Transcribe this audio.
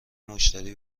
مشتری